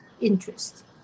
interest